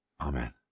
Amen